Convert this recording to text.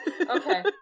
Okay